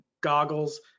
goggles